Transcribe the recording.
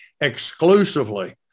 exclusively